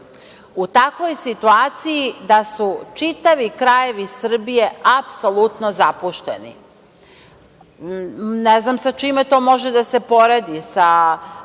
u takvoj situaciji da su čitavi krajevi Srbije apsolutno zapušteni. Ne znam sa čime to može da se poredi? Sa